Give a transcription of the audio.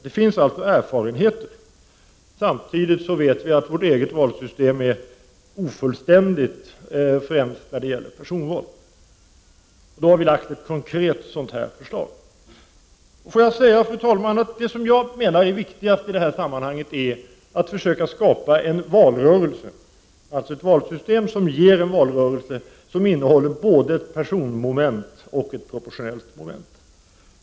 Det finns alltså erfarenheter av detta. Samtidigt vet vi att vårt eget valsystem är ofullständigt, främst när det gäller personval. Vi har därför lagt fram ett konkret förslag. Låt mig, fru talman, också säga att det som jag menar är det viktigaste i detta sammanhang är att försöka skapa ett valsystem som ger en valrörelse med både ett personmoment och ett proportionellt moment.